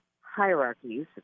hierarchies